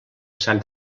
sant